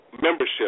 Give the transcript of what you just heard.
membership